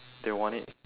they want it